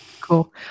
Cool